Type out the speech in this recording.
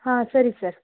ಹಾಂ ಸರಿ ಸರ್